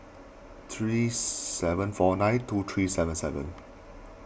three seven four nine two three seven seven